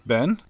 Ben